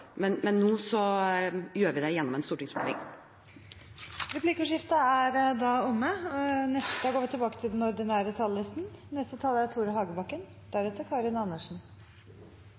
men nå gjør vi det gjennom en stortingsmelding. Replikkordskiftet er omme.